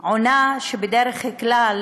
עונה שבדרך כלל